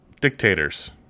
dictators